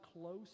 close